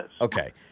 Okay